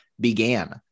began